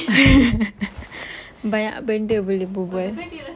banyak benda boleh berbual